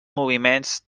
moviments